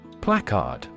Placard